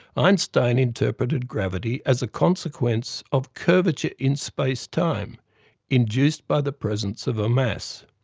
einstein interpreted gravity as a consequence of curvature in space-time induced by the presence of a mass.